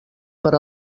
per